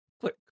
Click